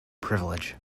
privilege